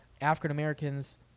African-Americans